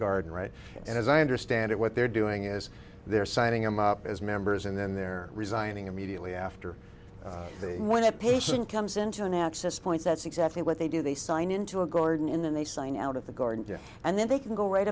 garden right and as i understand it what they're doing is they're signing him up as members and then they're resigning immediately after when a patient comes into an access point that's exactly what they do they sign into a garden in and they sign out of the garden and then they can go right